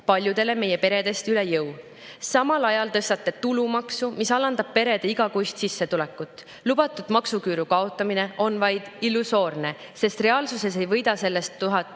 paljudele meie peredest üle jõu. Samal ajal tõstate tulumaksu, mis alandab perede igakuist sissetulekut. Lubatud maksuküüru kaotamine on vaid illusoorne, sest reaalsuses ei võida sellest kuni